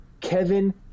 Kevin